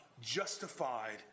justified